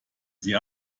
sie